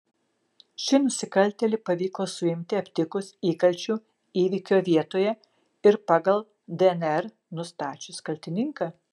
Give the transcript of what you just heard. šį nusikaltėlį pavyko suimti aptikus įkalčių įvykio vietoje ir pagal dnr nustačius kaltininką